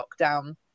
lockdown